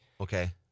Okay